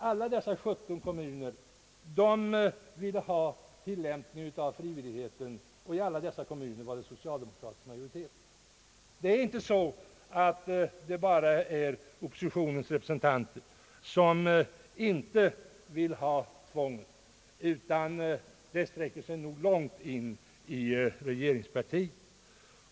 Alla dessa 17 kommuner vill ha en tillämpning av frivillighetsprincipen, och i alla dessa kommuner är det socialdemokratisk majoritet. Det är inte bara oppositionens representanter som inte vill ha tvång, utan denna uppfattning sträcker sig långt in i regeringspartiet.